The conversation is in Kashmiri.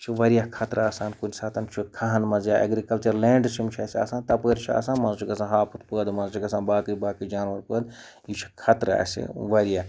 یہِ چھِ واریاہ خطرٕ آسان کُنہِ ساتہٕ چھُ کھَہَن منٛز یا اٮ۪گرِکَلچَر لیںٛڈٕز چھِ یِم چھِ اَسہِ آسان تَپٲرۍ چھُ آسان منٛزٕ چھُ گژھان ہاپُت پٲدٕ منٛزٕ چھِ گژھان باقٕے باقٕے جانوَر پٲدٕ یہِ چھُ خطرٕ اَسہِ واریاہ